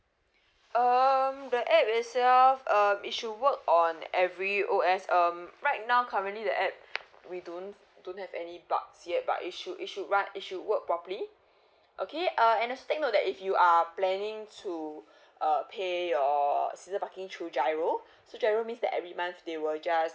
um the app itself um it should work on every O_S um right now currently the app we don't don't have any bugs yet but it should it should run it should work properly okay uh just take note that if you are planning to uh pay your season parking through G_I_R_O so G_I_R_O means that every month they will just